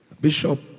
Bishop